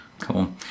Cool